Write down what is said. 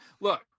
look